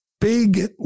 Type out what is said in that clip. big